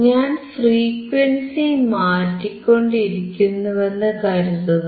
ഞാൻ ഫ്രീക്വൻസി മാറ്റിക്കൊണ്ടിരിക്കുന്നുവെന്നു കരുതുക